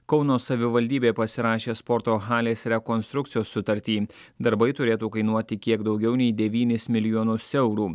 kauno savivaldybė pasirašė sporto halės rekonstrukcijos sutartį darbai turėtų kainuoti kiek daugiau nei devynis milijonus eurų